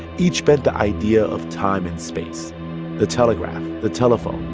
each bent the idea of time and space the telegraph, the telephone,